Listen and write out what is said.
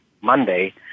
Monday